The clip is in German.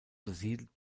besiedelt